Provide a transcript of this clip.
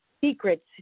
secrets